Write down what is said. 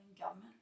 government